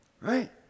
right